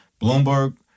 Bloomberg